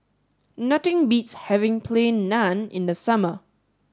nothing beats having plain Naan in the summer